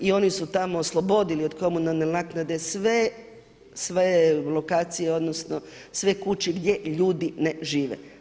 I oni su tamo oslobodili od komunalne naknade sve lokacije, odnosno sve kuće gdje ljudi ne žive.